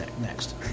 next